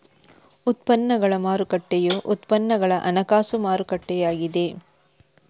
ಉತ್ಪನ್ನಗಳ ಮಾರುಕಟ್ಟೆಯು ಉತ್ಪನ್ನಗಳ ಹಣಕಾಸು ಮಾರುಕಟ್ಟೆಯಾಗಿದೆ